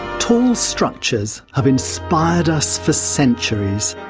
tall structures have inspired us for centuries,